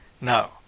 Now